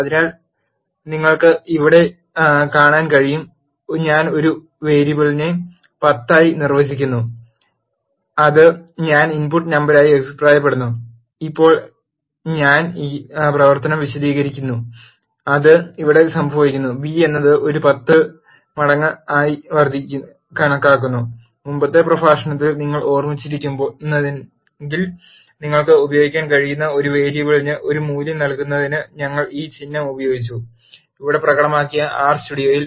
അതിനാൽ നിങ്ങൾക്ക് ഇവിടെ കാണാൻ കഴിയും ഞാൻ ഒരു വേരിയബിളിനെ 10 നിർവചിക്കുന്നു അത് ഞാൻ ഇൻപുട്ട് നമ്പറായി അഭിപ്രായമിടുന്നു ഇപ്പോൾ ഞാൻ ഈ പ്രവർത്തനം വിശദീകരിക്കുന്നു അത് ഇവിടെ സംഭവിക്കുന്നു b എന്നത് ഒരു 10 മടങ്ങ് ആയി കണക്കാക്കുന്നു മുമ്പത്തെ പ്രഭാഷണത്തിൽ നിങ്ങൾ ഓർമ്മിച്ചിരുന്നെങ്കിൽ നിങ്ങൾക്ക് ഉപയോഗിക്കാൻ കഴിയുന്ന ഒരു വേരിയബിളിന് ഒരു മൂല്യം നൽകുന്നതിന് ഞങ്ങൾ ഈ ചിഹ്നം ഉപയോഗിച്ചു ഇവിടെ പ്രകടമാക്കിയ ആർ സ്റ്റുഡിയോയിൽ